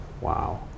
wow